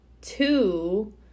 Two